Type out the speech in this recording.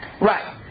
right